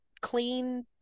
clean